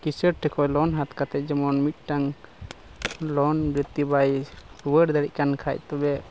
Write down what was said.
ᱠᱤᱥᱟᱹᱲ ᱴᱷᱮᱱ ᱠᱷᱚᱱ ᱞᱳᱱ ᱦᱟᱛᱟᱣ ᱠᱟᱛᱮ ᱡᱮᱢᱚᱱ ᱢᱤᱫᱴᱟᱝ ᱞᱳᱱ ᱡᱚᱛᱤ ᱵᱟᱭ ᱨᱩᱣᱟᱹᱲ ᱫᱟᱲᱮᱜ ᱠᱟᱱ ᱠᱷᱟᱡ ᱛᱚᱵᱮ